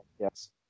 Yes